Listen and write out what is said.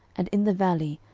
and in the valley,